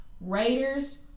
Raiders